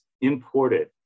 imported